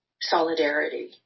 solidarity